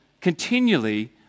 continually